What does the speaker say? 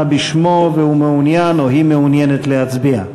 בשמו והוא מעוניין או היא מעוניינת להצביע?